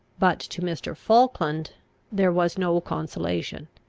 but to mr. falkland there was no consolation.